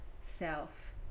self